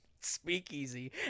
speakeasy